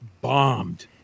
bombed